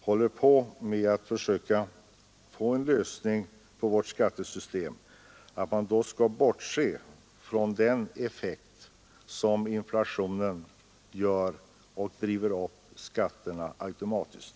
håller på att försöka finna en lösning på skattesystemets problem, skall bortse från inflationens effekt — den driver ju upp skatterna automatiskt.